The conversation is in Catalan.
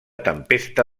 tempesta